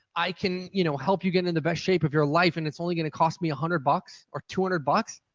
i can you know help you get into the best shape of your life, and it's only going to cost me a one hundred bucks or two hundred bucks.